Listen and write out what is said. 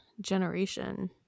generation